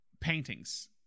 paintings